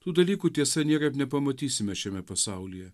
tų dalykų tiesa niekad nepamatysime šiame pasaulyje